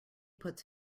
puts